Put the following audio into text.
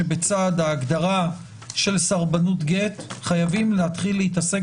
שבצד ההגדרה של סרבנות גט חייבים להתחיל להתעסק